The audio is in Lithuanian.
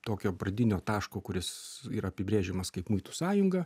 tokio pradinio taško kuris yra apibrėžiamas kaip muitų sąjunga